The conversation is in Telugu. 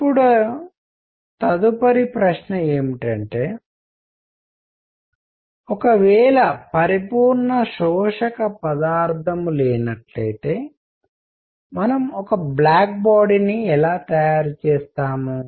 ఇప్పుడు తదుపరి ప్రశ్న ఏమిటంటే ఒక వేళ పరిపూర్ణ శోషక పదార్థం లేనట్లైతే మనము ఒక బ్లాక్ బాడీ ని ఎలా తయారు చేస్తాము